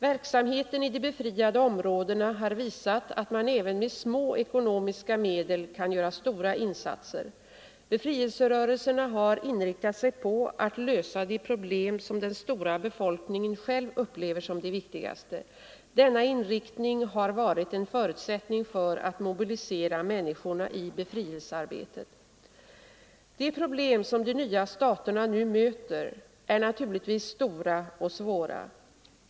Verksamheten i de befriade områdena har visat att man även med små ekonomiska medel kan göra stora insatser. Befrielserörelserna har inriktat sig på att lösa de problem som den stora befolkningen själv upplever som de viktigaste. Denna inriktning har varit en förutsättning för att mobilisera människorna i befrielsearbetet. De problem, som de nya staterna nu möter, är naturligtvis stora och svåra.